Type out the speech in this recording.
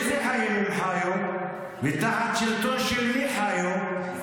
איזה חיים הם חיו, ותחת שלטון של מי חיו?